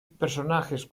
personajes